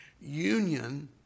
union